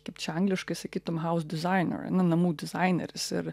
kaip čia angliškai sakytum house designer ane namų dizaineris ir